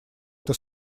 это